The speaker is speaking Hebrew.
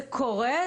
זה קורה,